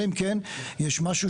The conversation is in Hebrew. אלא אם כן יש משהו.